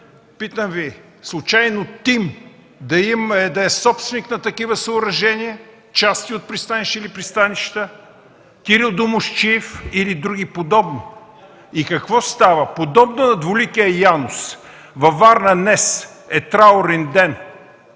Питам Ви: случайно ТИМ да е собственик на такива съоръжения – части от пристанища или пристанища, Кирил Домусчиев или други подобни? И какво става: подобно на двуликия Янус – във Варна днес е траурен ден